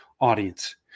audience